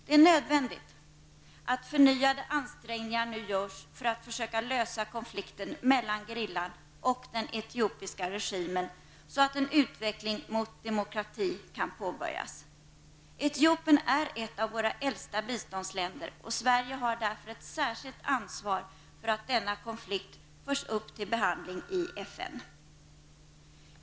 Det är nödvändigt att förnyade ansträngningar nu görs för att försöka lösa konflikten mellan gerillan och den etiopiska regimen så att en utveckling mot demokrati kan påbörjas. Etiopien är ett av våra äldsta biståndsländer, och Sverige har därför ett särskilt ansvar för att denna konflikt förs upp till behandling i FN.